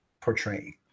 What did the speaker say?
portraying